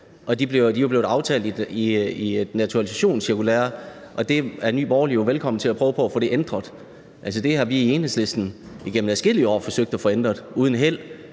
De er jo blevet aftalt i et naturalisationscirkulære, og Nye Borgerlige er jo velkomne til at prøve på at få det ændret. Altså, det har vi i Enhedslisten igennem adskillige år forsøgt at få ændret uden held;